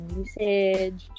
usage